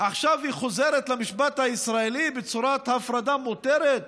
היא חוזרת למשפט הישראלי בצורת הפרדה מותרת,